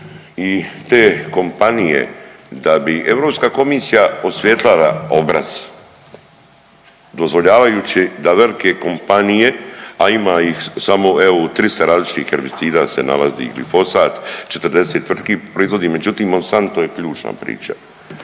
i te kompanije da bi Europska komisija osvjetlala obraz dozvoljavajući da velike kompanije, a ima ih samo evo u 300 različitih herbicida se nalazi glifosat, 40 tvrtki proizvodi međutim Monsanto je ključna priča.